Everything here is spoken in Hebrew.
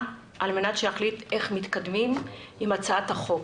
על מנת שיחליט איך מתקדמים עם הצעת החוק.